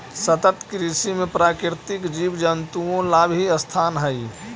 सतत कृषि में प्राकृतिक जीव जंतुओं ला भी स्थान हई